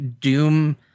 Doom